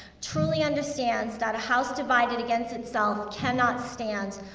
truly understands that a house divided against itself cannot stand,